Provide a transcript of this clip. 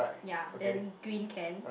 ya then green can